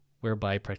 whereby